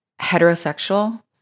heterosexual